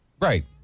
Right